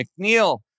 McNeil